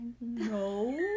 No